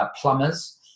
Plumbers